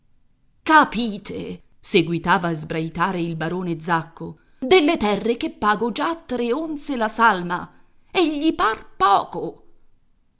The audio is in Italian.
capite seguitava a sbraitare il barone zacco delle terre che pago già a tre onze la salma e gli par poco